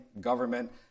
government